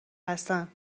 هستن